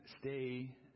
stay